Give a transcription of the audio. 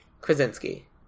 Krasinski